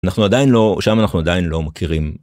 אנחנו עדיין לא שם אנחנו עדיין לא מכירים.